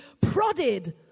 prodded